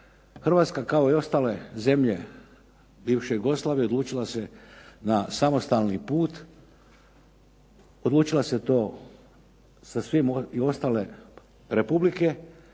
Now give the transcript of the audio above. Hrvatska kao i ostale zemlje bivše Jugoslavije odlučila se na samostalni put. Odlučila se to sa svim i ostale republike,